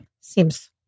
Seems